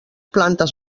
plantes